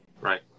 Right